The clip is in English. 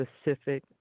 specific